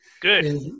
Good